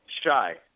Shy